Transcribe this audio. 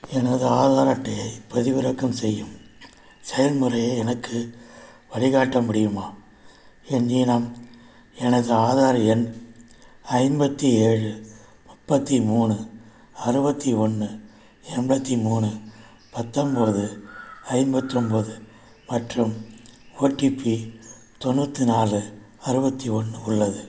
எனது ஆதார் அட்டையை பதிவிறக்கம் செய்யும் செயல்முறையை எனக்கு வழிகாட்ட முடியுமா என்னிடம் எனது ஆதார் எண் ஐம்பத்தி ஏழு முப்பத்தி மூணு அறுபத்தி ஒன்று எம்பளத்தி மூணு பத்தொன்பது ஐம்பத்தி ஒம்பது மற்றும் ஓடிபி தொண்ணூற்றி நாலு அறுபத்தி ஒன்று உள்ளது